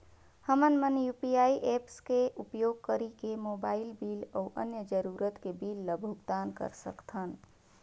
हमन मन UPI apps के उपयोग करिके मोबाइल बिल अऊ अन्य जरूरत के बिल ल भुगतान कर सकथन